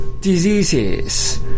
diseases